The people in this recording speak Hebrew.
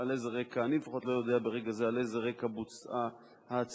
אני לפחות לא יודע ברגע זה על איזה רקע בוצעה ההצתה,